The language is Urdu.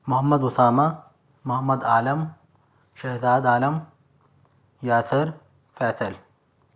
محمد اسامہ محمد عالم شہزاد عالم یاسر فیصل